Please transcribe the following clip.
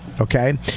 okay